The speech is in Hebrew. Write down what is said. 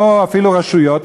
או אפילו רשויות,